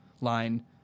line